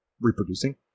reproducing